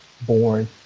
born